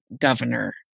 governor